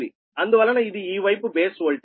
అందువలన ఇది ఈ వైపు బేస్ ఓల్టేజ్